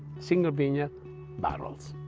single vineyard barrels.